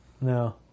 No